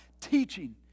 teaching